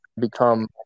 become